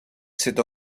s’est